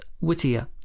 Whittier